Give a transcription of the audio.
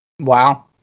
Wow